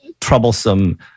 troublesome